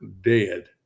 dead